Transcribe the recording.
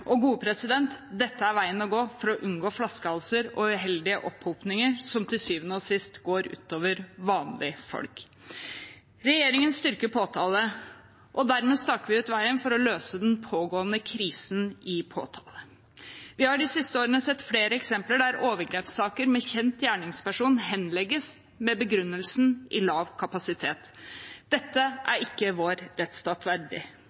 til syvende og sist går utover vanlige folk. Regjeringen styrker påtalemyndigheten, og dermed staker vi ut veien for å løse den pågående krisen i påtalemyndigheten. Vi har de siste årene sett flere eksempler der overgrepssaker med kjent gjerningsperson henlegges med begrunnelse i lav kapasitet. Dette